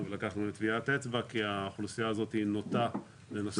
ולקחנו מהם טביעת אצבע כי האוכלוסייה הזאת נוטה לנסות לחזור.